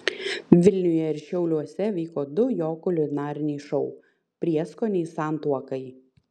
vilniuje ir šiauliuose vyko du jo kulinariniai šou prieskoniai santuokai